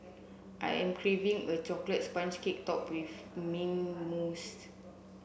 I am craving a chocolate sponge cake topped with mint